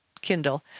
Kindle